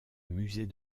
musée